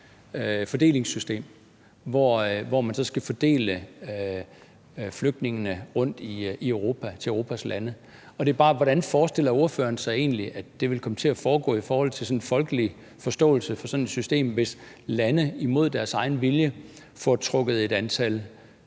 fordelingssystem, hvor man så skal fordele flygtningene rundt til Europas lande. Hvordan forestiller ordføreren sig egentlig, at det vil komme til at foregå i forhold til folkelig forståelse for sådan et system, hvis lande imod deres egen vilje får trukket et antal